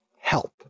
help